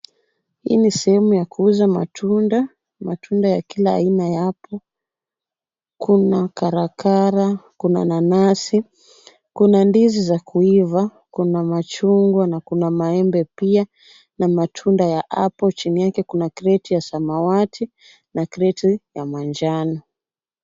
Hii ni sehemu ya kuuza matunda, matunda ya kila aina yapo. Kuna karakara, kuna nanasi, kuna ndizi za kuiva, kuna machungwa, na kuna maembe pia, na matunda ya apple chini yake kuna kreti ya samawati na kreti ya manjano.